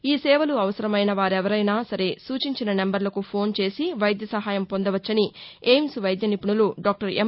ఈ సేవలు అవసరమైన వారెవరైనా సరే సూచించిన నెంబర్లకు ఫోన్ చేసి వైద్య సహాయం పొందవచ్చని ఎయిమ్స్ వైద్య నిపుణులు డాక్టర్ ఎం